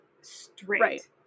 Straight